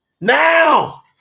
Now